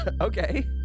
Okay